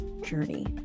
journey